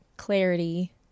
Clarity